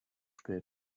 spät